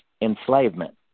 enslavement